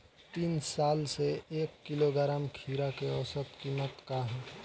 तीन साल से एक किलोग्राम खीरा के औसत किमत का ह?